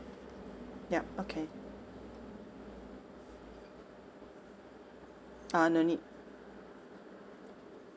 yup okay uh no need